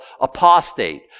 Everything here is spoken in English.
apostate